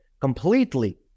completely